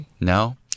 No